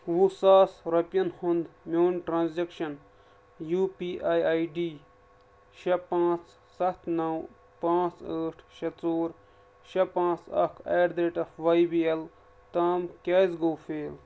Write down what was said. وُہ ساس رۄپیَن ہُنٛد میون transaction U P I I D شےٚ پانٛژھ سَتھ نَو پانٛژھ ٲٹھ شےٚ ژور شےٚ پانٛژھ اکھ at the rate of Y B L تام کیٛازِ گوٚو فیل